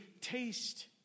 taste